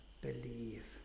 believe